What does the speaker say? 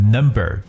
Number